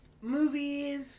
movies